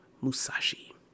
Musashi